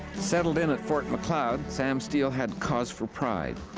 settled in at fort macleod, sam steele had cause for pride.